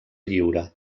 lliure